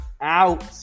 Out